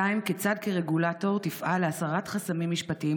2. כיצד כרגולטור תפעל להסרת חסמים משפטיים,